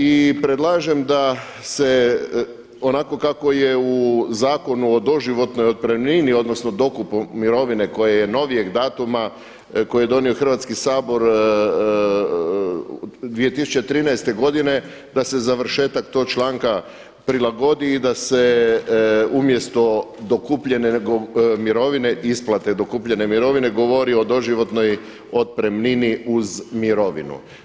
I predlažem da se onako kako je u Zakonu o doživotnoj otpremnini odnosno dokupu mirovine koji je novijeg datuma koji je donio Hrvatski sabor 2013. godine da se završetak tog članka prilagodi i da se umjesto dokupljene mirovine isplate dokupljene mirovine govori o doživotnoj otpremnini uz mirovinu.